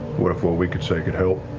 what if what we could say could help?